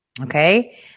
Okay